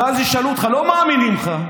ואז ישאלו אותך: לא מאמינים לך.